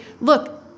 look